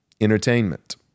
entertainment